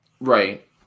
Right